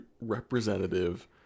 representative